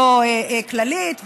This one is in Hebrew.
לא כללית,